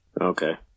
Okay